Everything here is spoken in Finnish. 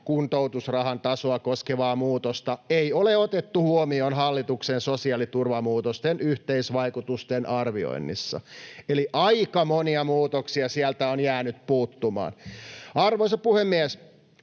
kuntoutusrahan tasoa koskevaa muutosta ei ole otettu huomioon hallituksen sosiaaliturvamuutosten yhteisvaikutusten arvioinnissa. Eli aika monia muutoksia sieltä on jäänyt puuttumaan. Arvoisa puhemies!